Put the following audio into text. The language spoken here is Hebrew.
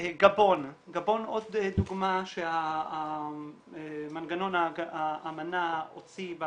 גבון, עוד דוגמה שהמנגנון האמנה הוציא,